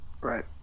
right